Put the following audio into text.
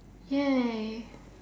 !yay!